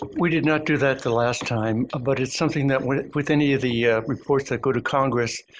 we did not do that the last time but it's something that we with any of the reports that go to congress,